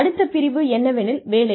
அடுத்த பிரிவு என்னவெனில் வேலை